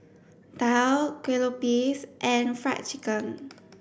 daal kuih lopes and fried chicken